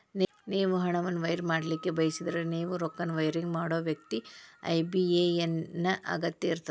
ನೇವು ಹಣವನ್ನು ವೈರ್ ಮಾಡಲಿಕ್ಕೆ ಬಯಸಿದ್ರ ನೇವು ರೊಕ್ಕನ ವೈರಿಂಗ್ ಮಾಡೋ ವ್ಯಕ್ತಿ ಐ.ಬಿ.ಎ.ಎನ್ ನ ಅಗತ್ಯ ಇರ್ತದ